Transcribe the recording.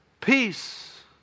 peace